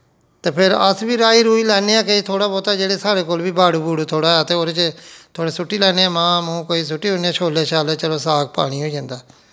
ते फिर अस बी रहाई रुई लैन्ने आं किश थोह्ड़ा बौह्ता जेह्ड़े साढ़े कोल बी बाड़ू बूड़ू थोह्ड़ा ऐ ते ओह्दे च थोह्ड़े सु'ट्टी लैन्ने आं मांह् मूंह् कोई सुट्टी ओड़ने आं शोल्ले शूल्ले चलो साग पानी होई जंदा